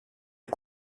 est